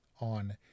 on